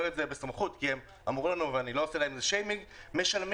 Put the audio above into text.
את זה בסמכות כי הם אמרו לנו ואני לא עושה להם פה שיימינג משלם